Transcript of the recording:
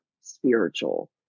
spiritual